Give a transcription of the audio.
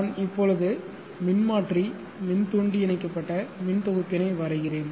நான் இப்பொழுது மின்மாற்றி மின்தூண்டி இணைக்கப்பட்ட மின் தொகுப்பினை வரைகிறேன்